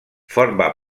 forma